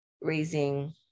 raising